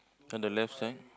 turn the left side